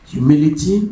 Humility